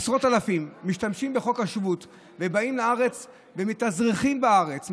עשרות אלפים משתמשים בחוק השבות ובאים לארץ ומתאזרחים בארץ.